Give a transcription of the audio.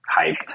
hyped